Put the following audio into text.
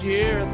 year